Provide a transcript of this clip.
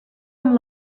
amb